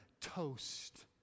toast